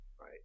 right